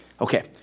Okay